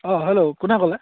অঁ হেল্ল' কোনে ক'লে